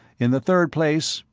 in the third place,